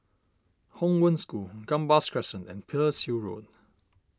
Hong Wen School Gambas Crescent and Pearl's Hill Road